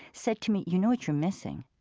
said to me, you know what you're missing?